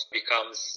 becomes